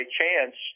chance